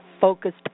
focused